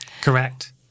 Correct